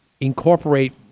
incorporate